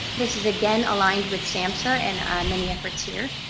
this is, again, aligned with samhsa and many efforts here.